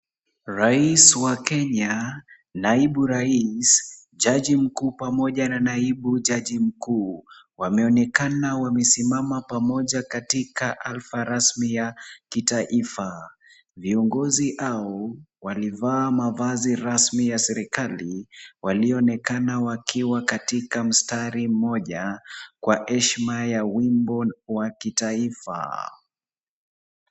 Rais wa Kenya, naibu rais, jaji mkuu pamoja na naibu jaji mkuu wameonekana wamesimama pamoja katika hafla rasmi wa kitaifa. Viongozi hao walivaa mavazi rasmi ya serikali, walionekana wakiwa katika mstari moja kwa heshima ya wimbo wa kitaifa.